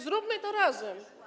Zróbmy to razem.